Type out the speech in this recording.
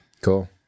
Cool